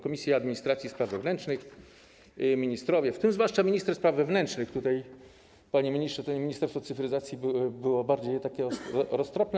Komisji Administracji i Spraw Wewnętrznych ministrowie, w tym zwłaszcza minister spraw wewnętrznych, tutaj, panie ministrze, to Ministerstwo Cyfryzacji było bardziej roztropne.